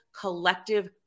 collective